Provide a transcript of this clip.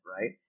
right